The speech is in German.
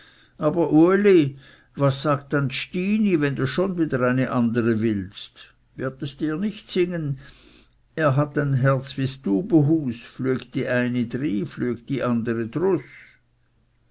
aber uli was sagt dann stini wenn du schon wieder eine andere willst wird es dir nicht singen er hat ein herz wie es tubehus flügt die eini dry flügt die anderi drus